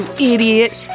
Idiot